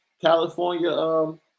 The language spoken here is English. California